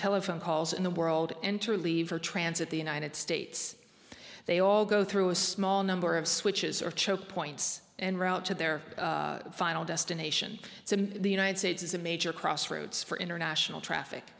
telephone calls in the world enter leave or transit the united states they all go through a small number of switches or choke points and route to their final destination so the united states is a major crossroads for international traffic